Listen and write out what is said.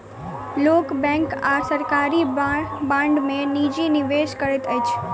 लोक बैंक आ सरकारी बांड में निजी निवेश करैत अछि